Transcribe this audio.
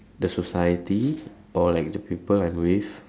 the society or like the people I'm with